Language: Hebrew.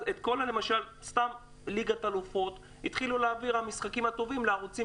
את ליגת האלופות ואת המשחקים הטובים התחילו להעביר לערוצים